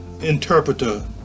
interpreter